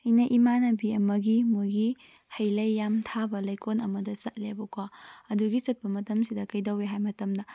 ꯑꯩꯅ ꯏꯃꯥꯟꯅꯕꯤ ꯑꯃꯒꯤ ꯃꯣꯏꯒꯤ ꯍꯩ ꯂꯩ ꯌꯥꯝ ꯊꯥꯕ ꯂꯩꯀꯣꯜ ꯑꯃꯗ ꯆꯠꯂꯦꯕꯀꯣ ꯑꯗꯨꯒꯤ ꯆꯠꯄ ꯃꯇꯝꯁꯤꯗ ꯀꯔꯤꯇꯧꯏ ꯍꯥꯏꯕ ꯃꯇꯝꯗ